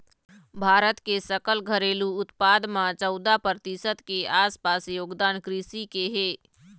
भारत के सकल घरेलू उत्पाद म चउदा परतिसत के आसपास योगदान कृषि के हे